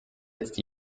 jetzt